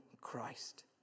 Christ